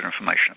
information